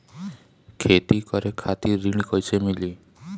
खेती करे खातिर ऋण कइसे मिली?